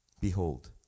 Behold